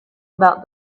about